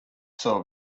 saw